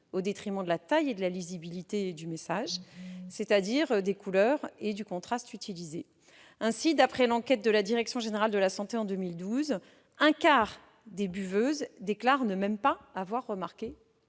au détriment de la taille et de la lisibilité, c'est-à-dire des couleurs et du contraste utilisés. Ainsi, d'après l'enquête de la direction générale de la santé de 2012, un quart des buveuses déclarent ne même pas avoir remarqué